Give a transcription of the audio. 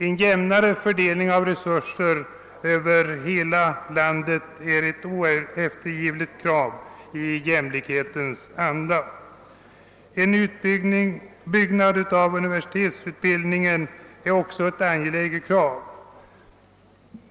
En jämnare fördelning av resurser över hela landet är ett oeftergivligt krav i jämlikhetens anda. En utbyggnad av universitetsutbildningen är också ett angelä get krav.